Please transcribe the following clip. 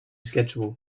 schedule